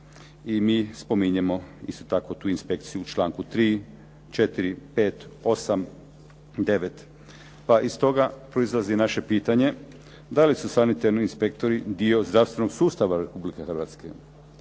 i mi spominjemo isto tako tu inspekciju u članku 3., 4., 5., 8., 9. pa iz toga proizlazi naše pitanje da li su sanitarni inspektori dio zdravstvenog sustava Republike Hrvatske.